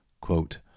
quote